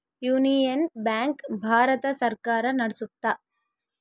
union Bank Bharat ಸರ್ಕಾರ ನಡ್ಸುತ್ತ